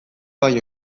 baino